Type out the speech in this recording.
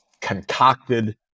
concocted